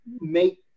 make